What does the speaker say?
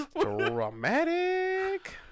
Dramatic